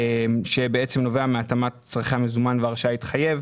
שבעצם נובע מהתאמת צרכי המזומן וההרשאה להתחייב